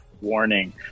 warning